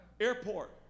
Airport